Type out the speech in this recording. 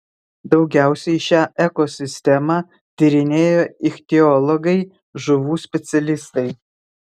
daugiausiai šią ekosistemą tyrinėjo ichtiologai žuvų specialistai